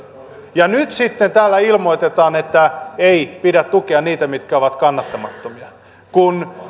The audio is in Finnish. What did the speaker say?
ja nyt sitten täällä ilmoitetaan että ei pidä tukea niitä mitkä ovat kannattamattomia kun